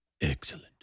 Excellent